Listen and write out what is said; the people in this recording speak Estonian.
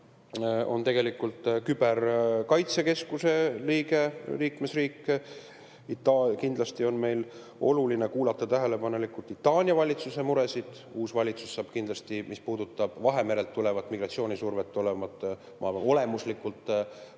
Itaalia on küberkaitsekeskuse liige, liikmesriik, siis kindlasti on meil oluline kuulata tähelepanelikult Itaalia valitsuse muresid. Uus valitsus saab kindlasti, mis puudutab Vahemerelt tulevat migratsioonisurvet, olema olemuslikult